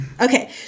Okay